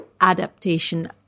adaptation